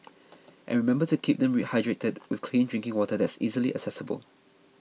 and remember to keep them hydrated with clean drinking water that's easily accessible